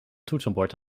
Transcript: toetsenbord